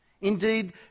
Indeed